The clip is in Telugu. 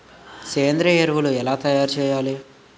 సేంద్రీయ ఎరువులు ఎలా తయారు చేయాలి?